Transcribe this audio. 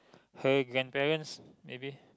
her grandparents maybe